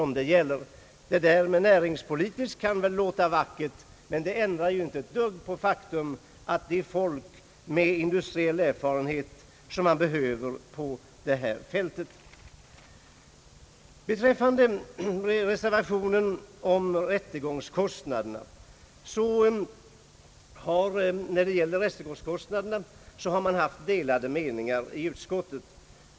Uttrycket näringspolitisk erfarenhet kan ju låta vackert men ändrar inte ett dugg på det faktum att det är folk med industriell erfarenhet som behövs på detta fält. Beträffande rättegångskostnaderna har det rått delade meningar i utskottet.